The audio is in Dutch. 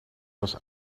was